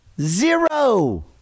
zero